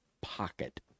pocket